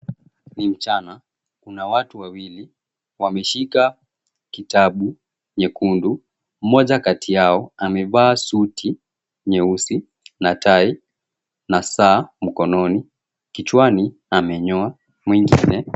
Ni mchana kuna watu wawili wameshika kitabu nyekundu, mmoja kati yao amevaa suti nyeusi na tai na saa mkononi kichwani amenyoa mwengine.